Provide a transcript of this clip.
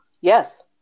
Yes